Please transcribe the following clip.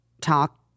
talk